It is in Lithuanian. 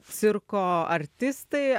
cirko artistai